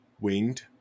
winged